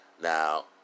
Now